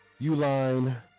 Uline